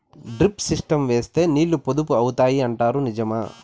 Drip system వేస్తే నీళ్లు పొదుపు అవుతాయి అంటారు నిజమా?